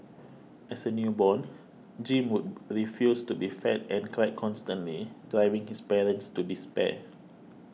as a newborn Jim would refuse to be fed and cried constantly driving his parents to despair